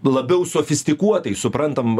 labiau sofistikuotai suprantam